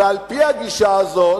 ועל-פי הגישה הזאת,